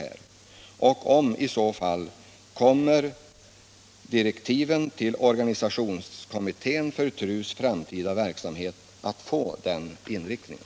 Kommer i så fall direktiven till organisationskommittén för TRU:s framtida verksamhet att få den inriktningen?